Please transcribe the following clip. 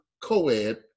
co-ed